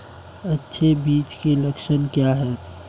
अच्छे बीज के लक्षण क्या हैं?